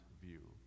view